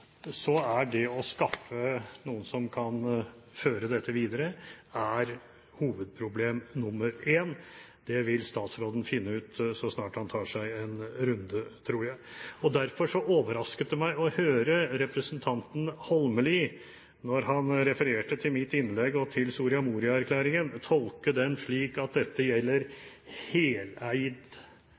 så snart han tar seg en runde, tror jeg. Derfor overrasket det meg å høre representanten Holmelid da han refererte til mitt innlegg og til Soria Moria-erklæringen, og tolket den slik at dette gjelder bedrifter heleid